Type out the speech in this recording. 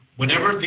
whenever